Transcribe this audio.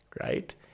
right